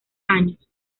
años